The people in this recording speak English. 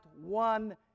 one